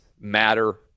matter